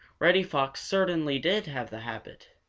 reddy fox certainly did have the habit!